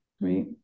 Right